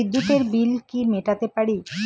বিদ্যুতের বিল কি মেটাতে পারি?